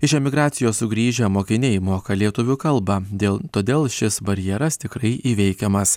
iš emigracijos sugrįžę mokiniai moka lietuvių kalbą dėl todėl šis barjeras tikrai įveikiamas